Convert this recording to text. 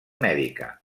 mèdica